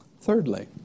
Thirdly